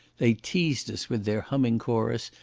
they teased us with their humming chorus,